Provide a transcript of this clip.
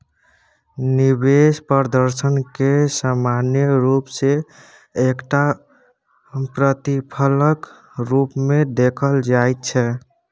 निवेश प्रदर्शनकेँ सामान्य रूप सँ एकटा प्रतिफलक रूपमे देखल जाइत छै